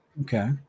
Okay